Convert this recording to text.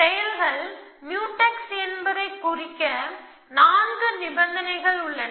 செயல்கள் முயூடெக்ஸ் என்பதைக் குறிக்க நான்கு நிபந்தனைகள் உள்ளன